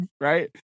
Right